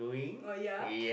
oh ya